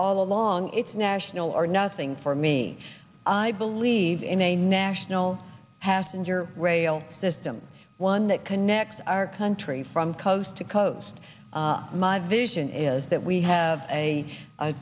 all along it's national or nothing for me i believe in a national passenger rail system one that connects our country from coast to coast my vision is that we have a